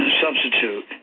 substitute